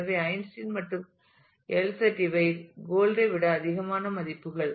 எனவே ஐன்ஸ்டீன் மற்றும் எல் செட் இவை கோல்ட் ஐ விட அதிகமான மதிப்புகள்